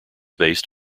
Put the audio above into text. based